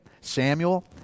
Samuel